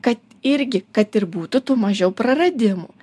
kad irgi kad ir būtų mažiau praradimų